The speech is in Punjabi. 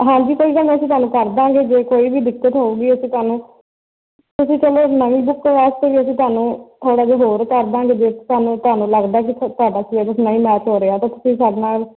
ਹਾਂਜੀ ਭਾਅ ਜੀ ਤੁਹਾਨੂੰ ਅਸੀਂ ਹੱਲ ਕਰ ਦੇਵਾਂਗੇ ਜੇ ਕੋਈ ਵੀ ਦਿੱਕਤ ਹੋਊਗੀ ਅਸੀਂ ਤੁਹਾਨੂੰ ਤੁਸੀਂ ਚਲੋ ਨਵੀਂ ਬੁੱਕ ਵਾਸਤੇ ਅਸੀਂ ਤੁਹਾਨੂੰ ਥੋੜ੍ਹਾ ਜਿਹਾ ਹੋਰ ਕਰ ਦੇਵਾਂਗੇ ਜੇ ਤੁਹਾਨੂੰ ਤੁਹਾਨੂੰ ਲੱਗਦਾ ਕਿ ਤੁਹਾਡਾ ਸਲੈਬਸ ਨਹੀ ਮੈਚ ਹੋ ਰਿਹਾ ਤਾਂ ਤੁਸੀਂ ਸਾਡੇ ਨਾਲ